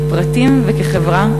כפרטים וכחברה,